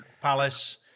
Palace